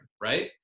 right